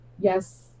yes